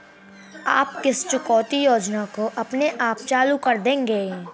आप किस चुकौती योजना को अपने आप चालू कर देंगे?